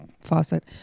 faucet